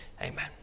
Amen